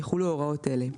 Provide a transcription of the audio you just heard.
יחולו הוראות אלה: